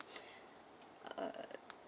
uh